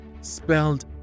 spelled